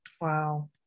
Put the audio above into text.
Wow